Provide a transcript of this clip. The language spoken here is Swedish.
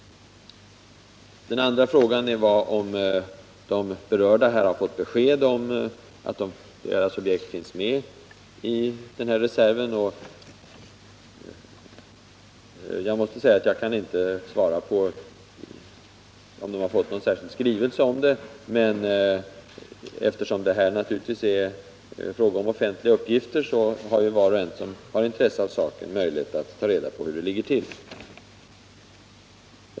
Den andra frågan var om de berörda organisationerna har fått besked om huruvida deras objekt finns med i reserven. Jag kan inte svara på om de har fått någon särskild skrivelse om det, men eftersom det är fråga om offentliga uppgifter har naturligtvis var och en som är intresserad av saken möjlighet att ta reda på hur det ligger till.